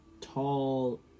tall